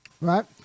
right